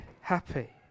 happy